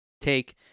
take